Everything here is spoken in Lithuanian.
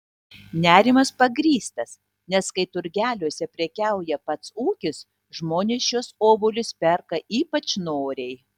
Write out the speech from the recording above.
nerimas pagrįstas nes kai turgeliuose prekiauja pats ūkis žmonės šiuos obuolius perka ypač noriai